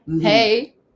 hey